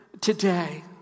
today